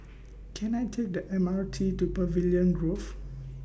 Can I Take The M R T to Pavilion Grove